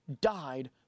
died